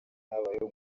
habayeho